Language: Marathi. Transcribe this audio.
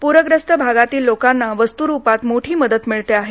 प्रग्रस्त भागातील लोकांना वस्तूरूपात मोठी मदत मिळते आहे